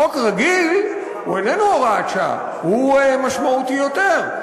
חוק רגיל הוא איננו הוראת שעה, הוא משמעותי יותר.